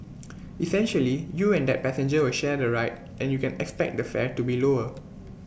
essentially you and that passenger will share the ride and you can expect the fare to be lower